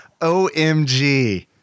OMG